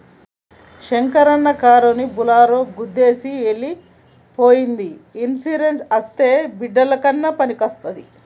శంకరన్న కారుని బోలోరో గుద్దేసి ఎల్లి పోయ్యింది ఇన్సూరెన్స్ అస్తే బిడ్డలకయినా పనికొస్తాది